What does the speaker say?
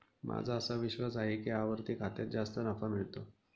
माझा असा विश्वास आहे की आवर्ती खात्यात जास्त नफा मिळतो